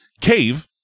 Cave